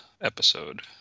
episode